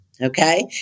okay